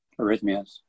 arrhythmias